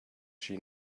she